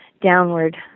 downward